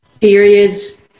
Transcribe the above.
Periods